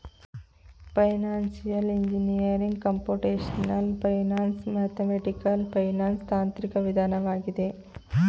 financial engineering computational finance, mathematical finance ತಾಂತ್ರಿಕ ವಿಧಾನವಾಗಿದೆ